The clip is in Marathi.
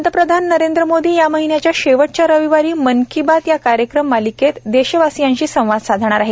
पंतप्रधान नरेंद्र मोदी या महिन्याच्या शेवटच्या रविवारी मन की बात या कार्यक्रम मालिकेत देशवासियांशी संवाद साधणार आहेत